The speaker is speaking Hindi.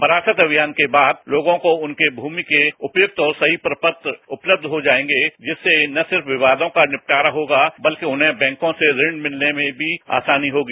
वरासत अभियान के बाद लोगों को उनके भूमि के उपयुक्त और सही प्रपत्र उपलब्ध हो जाएंगे जिससे न सिर्फ विवादों का निपटारा होगा बल्क उन्हें बैंकों से ऋण मिलने में भी आसानी होगी